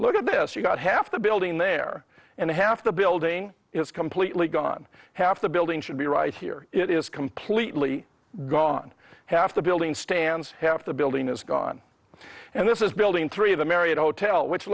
look at this you've got half the building there and half the building is completely gone half the building should be right here it is completely gone half the building stands half the building is gone and this is building three of the marriott hotel which